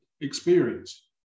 experience